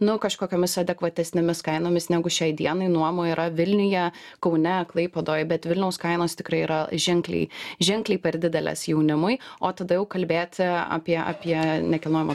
nu kažkokiomis adekvatesnėmis kainomis negu šiai dienai nuomų yra vilniuje kaune klaipėdoj bet vilniaus kainos tikrai yra ženkliai ženkliai per didelės jaunimui o tada jau kalbėti apie apie nekilnojamą